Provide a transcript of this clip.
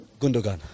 Gundogan